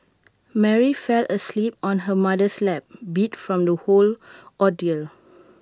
Mary fell asleep on her mother's lap beat from the whole ordeal